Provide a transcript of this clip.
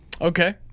Okay